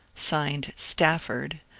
signed stafford,